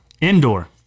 Indoor